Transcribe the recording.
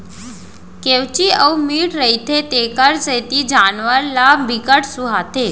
केंवची अउ मीठ रहिथे तेखर सेती जानवर ल बिकट सुहाथे